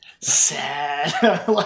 sad